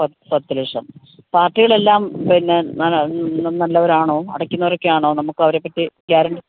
പത്തു ലക്ഷം പാർട്ടികളെല്ലാം പിന്നെ നല്ല നല്ലവരാണോ അടയ്ക്കുന്നവരൊക്കെ ആണോ നമുക്ക് അവരെയൊക്കെ പറ്റി ഗ്യാരണ്ടി